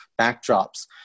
backdrops